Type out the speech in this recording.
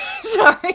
Sorry